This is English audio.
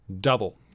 double